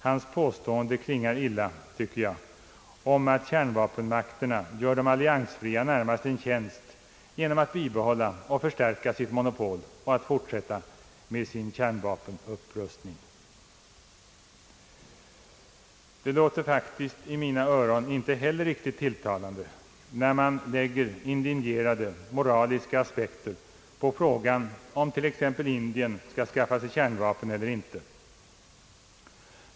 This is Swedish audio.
Hans påstående klingar illa, tycker jag, att kärnvapenmakterna skulle göra de alliansfria närmast en tjänst genom att bibehålla och förstärka sitt monopol och att fortsätta med sin kärnvapenupprustning. Det låter i mina öron inte heller riktigt tilltalande, när det anläggs indignerade moraliska aspekter på frågan, om t.ex. Indien skall skaffa sig kärnvapen eller inte.